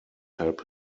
help